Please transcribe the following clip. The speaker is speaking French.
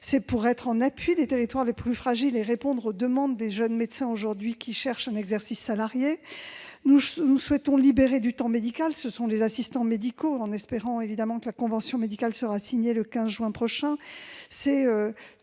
s'agit d'être en appui des territoires les plus fragiles et de répondre aux demandes des jeunes médecins qui cherchent aujourd'hui un exercice salarié. Nous souhaitons libérer du temps médical. C'est l'objet des assistants médicaux. Nous espérons évidemment que la convention médicale sera signée le 15 juin prochain.